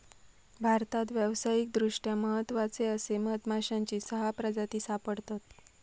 भारतात व्यावसायिकदृष्ट्या महत्त्वाचे असे मधमाश्यांची सहा प्रजाती सापडतत